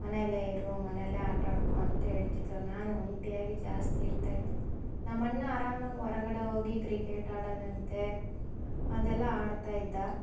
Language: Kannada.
ಮನೆಯಲ್ಲೇ ಇರು ಮನೆಯಲ್ಲೇ ಆಟಾಡಿಕೋ ಅಂತ ಹೇಳ್ತಿದ್ರು ನಾನು ಒಂಟಿಯಾಗಿ ಜಾಸ್ತಿ ಇರ್ತಾಯಿದ್ದೆ ನಮ್ಮ ಅಣ್ಣ ಆರಾಮಾಗಿ ಹೊರಗಡೆ ಹೋಗಿ ಕ್ರಿಕೆಟ್ ಆಡೋದಂತೆ ಅದೆಲ್ಲ ಆಡ್ತಾ ಇದ್ದ